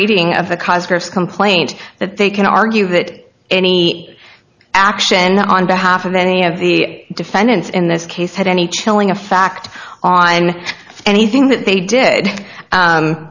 reading of the cosmos complaint that they can argue that any action on behalf of any of the defendants in this case had any chilling effect on anything that they did